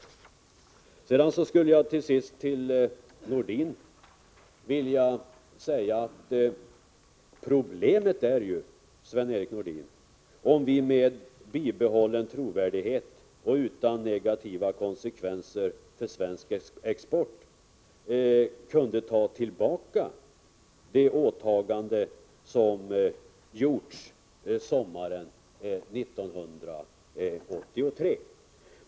Till sist skulle jag vilja säga till Sven-Erik Nordin att problemet är om vi med en bibehållen trovärdighet och utan negativa konsekvenser för svensk export kan ta tillbaka det åtagande som gjorts sommaren 1983.